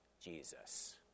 Jesus